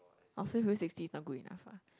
I would say for you sixty is not good enough ah